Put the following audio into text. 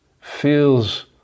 feels